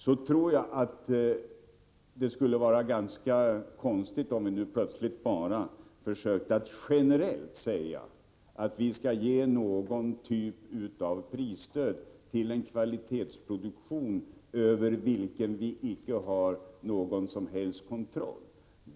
Jag tror att det skulle vara ganska konstigt om vi nu plötsligt generellt sade att vi skall ge någon typ av prisstöd till en produktion över vilken vi icke har någon som helst kontroll.